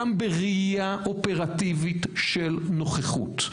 גם בראייה אופרטיבית של נוכחות,